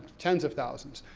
tens of thousands.